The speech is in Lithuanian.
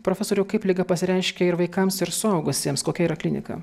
profesoriau kaip liga pasireiškia ir vaikams ir suaugusiems kokia yra klinika